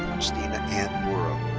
christina anne buro.